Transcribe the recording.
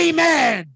Amen